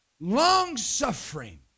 long-suffering